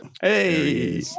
Hey